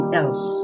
else